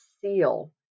seal